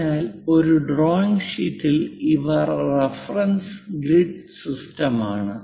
അതിനാൽ ഒരു ഡ്രോയിംഗ് ഷീറ്റിൽ ഇവ റഫറൻസ് ഗ്രിഡ് സിസ്റ്റമാണ്